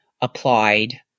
applied